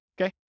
Okay